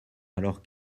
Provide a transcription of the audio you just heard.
alors